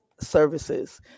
Services